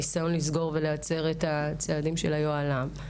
הניסיון לסגור ולהצר את הצעדים של היוהל"ם.